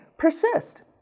persist